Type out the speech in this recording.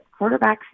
quarterbacks